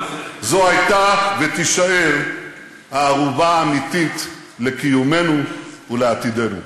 זו הייתה ותישאר הערובה האמיתית לקיומנו ולעתידנו.